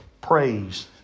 praise